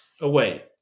away